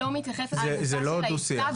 אני לא מתייחסת לגופה של העסקה,